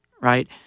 right